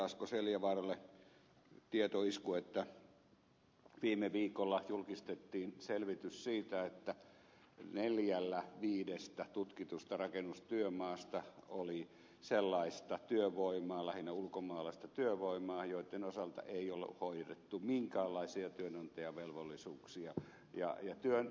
asko seljavaaralle tietoisku että viime viikolla julkistettiin selvitys siitä että neljällä viidestä tutkitusta rakennustyömaasta oli sellaista työvoimaa lähinnä ulkomaalaista työvoimaa joitten osalta ei ollut hoidettu minkäänlaisia työnantajavelvollisuuksia